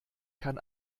kann